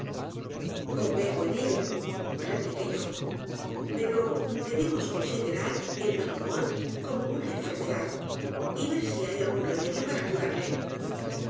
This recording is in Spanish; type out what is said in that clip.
convengo en ello repliqué yo pero debemos considerar el mal humor como una enfermedad y ver si hay algún remedio para curarle